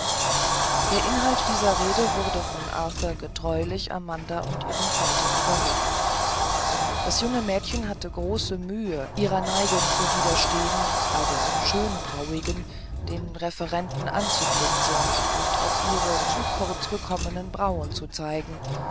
der inhalt dieser rede wurde von arthur getreulich amanda und ihrem vater übermittelt das junge mädchen hatte große mühe ihrer neigung zu widerstehen bei der schönbrauigen den referenten anzublinzeln und auf ihre zu kurz gekommenen brauen zu zeigen